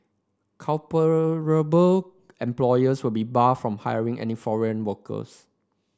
culpable employers will be barred from hiring any foreign workers